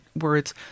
words